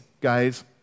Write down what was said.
guys